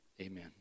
amen